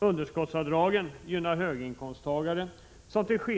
Underskottsavdragen gynnar höginkomsttagare.